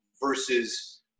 versus